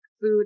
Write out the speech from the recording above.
food